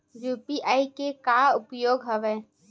UPI के का उपयोग हवय?